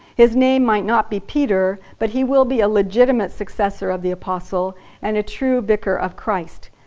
his name might not be peter, but he will be a legitimate successor of the apostle and a true vicar of christ.